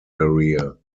career